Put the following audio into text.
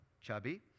chubby